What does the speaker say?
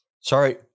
Sorry